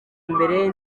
mbere